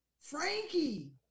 Frankie